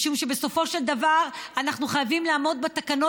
משום שבסופו של דבר אנחנו חייבים לעמוד בתקנות